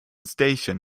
station